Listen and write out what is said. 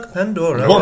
Pandora